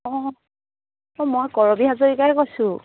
অঁ অঁ মই কৰবী হাজৰিকাই কৈছোঁ